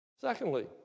Secondly